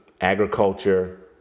agriculture